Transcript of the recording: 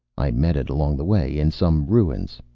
i met it along the way. in some ruins.